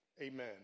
amen